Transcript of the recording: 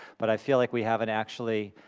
but i feel like we haven't actually,